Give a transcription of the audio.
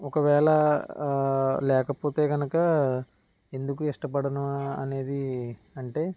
ఒకవేళ లేకపోతే కనుక ఎందుకు ఇష్టపడను అనేది అంటే